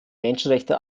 menschenrechte